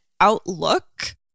outlook